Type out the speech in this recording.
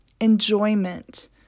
enjoyment